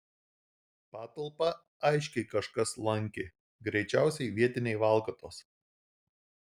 patalpą aiškiai kažkas lankė greičiausiai vietiniai valkatos